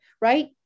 right